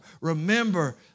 remember